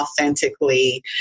authentically